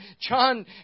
John